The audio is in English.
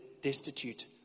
destitute